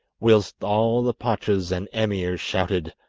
whilst all the pachas and emirs shouted,